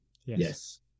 Yes